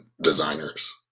designers